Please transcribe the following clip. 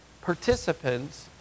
participants